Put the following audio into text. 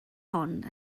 hon